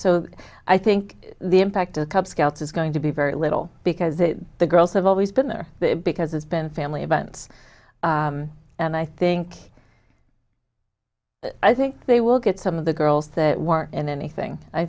so i think the impact of a cub scouts is going to be very little because the the girls have always been there because it's been family abundance and i think i think they will get some of the girls that work in anything i